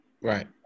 Right